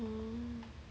orh